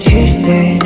Tuesday